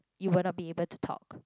you will not be able to talk